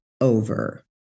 over